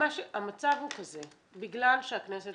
המצב הוא כזה: בגלל שהכנסת